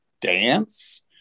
dance